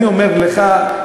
אני אומר לך,